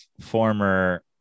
former